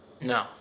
No